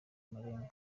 amarenga